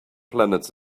planets